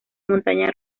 montaña